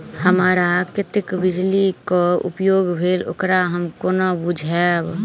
हमरा कत्तेक बिजली कऽ उपयोग भेल ओकर हम कोना बुझबै?